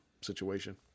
situation